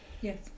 Yes